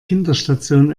kinderstation